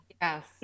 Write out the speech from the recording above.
Yes